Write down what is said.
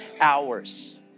hours